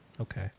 okay